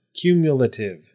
cumulative